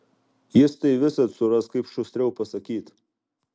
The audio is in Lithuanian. jis tai visad suras kaip šustriau pasakyt